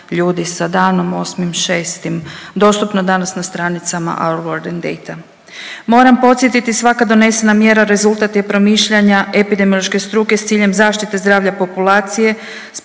ljudi sa danom 8.6. Dostupno danas na stranicama Our World in Data. Moram podsjetiti svaka donesena mjera rezultat je promišljanja epidemiološke struke sa ciljem zaštite zdravlja populacije,